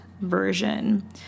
version